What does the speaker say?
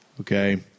okay